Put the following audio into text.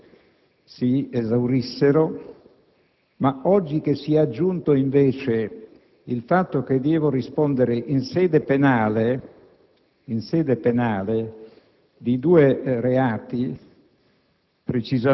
Avevo lasciato cadere l'argomento che trattava il testo dell'interrogazione riguardante il ritardo